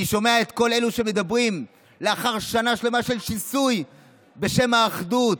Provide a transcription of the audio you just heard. אני שומע את כל אלו שמדברים לאחר שנה שלמה של שיסוי בשם האחדות.